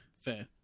fair